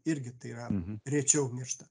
irgi tai yra rečiau miršta